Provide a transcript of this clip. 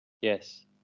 Yes